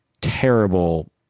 terrible